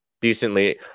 decently